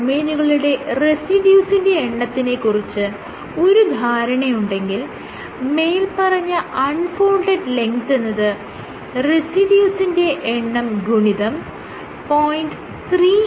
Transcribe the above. ഡൊമെയ്നുകളിലെ റെസിഡ്യൂസിന്റെ എണ്ണത്തിനെ കുറിച്ച് ഒരു ധാരണയുണ്ടെങ്കിൽ മേല്പറഞ്ഞ അൺ ഫോൾഡഡ് ലെങ്ത് എന്നത് റെസിഡ്യൂസിന്റെ എണ്ണം ഗുണിതം 0